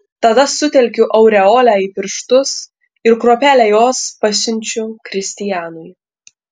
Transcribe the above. tada sutelkiu aureolę į pirštus ir kruopelę jos pasiunčiu kristianui